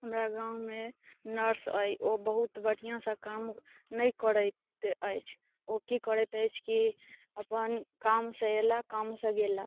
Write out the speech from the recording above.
हमरा गाममे नर्स अइ ओ बहुत बढ़िआँसँ काम नहि करैत अइ ओ की करैत अइ कि अपन कामसँ अयलाह कामसँ गेला